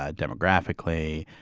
ah demographically,